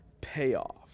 payoff